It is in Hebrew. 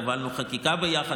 הובלנו חקיקה ביחד,